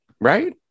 Right